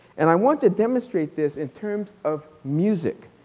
and i want to demonstrate this in terms of music.